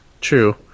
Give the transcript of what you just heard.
true